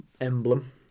emblem